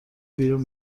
بیرون